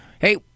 Hey